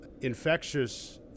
infectious